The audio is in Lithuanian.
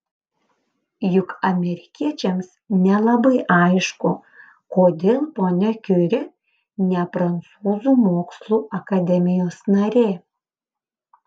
juk amerikiečiams nelabai aišku kodėl ponia kiuri ne prancūzų mokslų akademijos narė